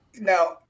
now